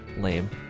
Lame